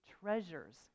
treasures